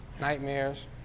Nightmares